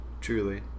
Truly